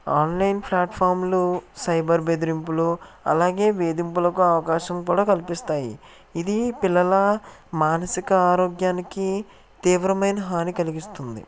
online ప్లాట్ఫామ్లు cyber బెదిరింపులు అలాగే వేధింపులకు అవకాశం కూడా కల్పిస్తాయి ఇది పిల్లల మానసిక ఆరోగ్యానికి తీవ్రమైన హాని కలిగిస్తుంది